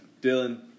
Dylan